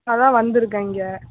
அதுதான் வந்திருக்கேன் இங்கே